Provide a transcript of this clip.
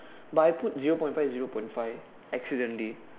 but I put zero point five zero point five accidentally